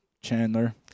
Chandler